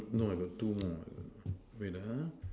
no I got two more err wait ah